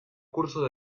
curso